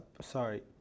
sorry